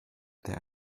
there